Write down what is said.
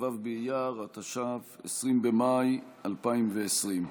כ"ו באייר התש"ף (20 במאי 2020)